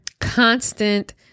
constant